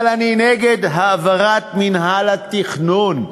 אבל אני נגד העברת מינהל התכנון.